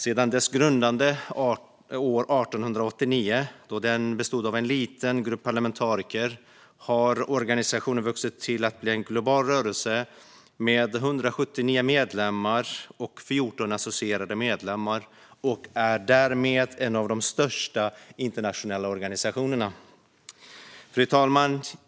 Sedan dess grundande år 1889, då den bestod av en liten grupp parlamentariker, har organisationen vuxit till att bli en global rörelse med 179 medlemmar och 14 associerade medlemmar. Den är därmed en av de största internationella organisationerna.